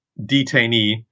detainee